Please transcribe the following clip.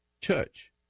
church